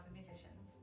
musicians